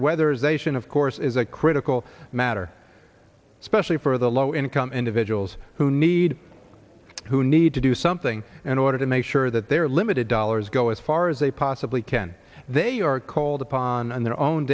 weather zation of course is a critical matter especially for the low income individuals who need who need to do something in order to make sure that their limited dollars go as far as they possibly can they are called upon in their own